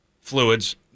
fluids